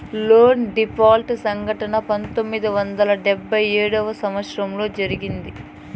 loan default సంఘటన పంతొమ్మిది వందల డెబ్భై ఏడవ సంవచ్చరంలో జరిగింది